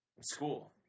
school